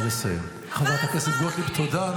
חברת הכנסת גוטליב, תודה.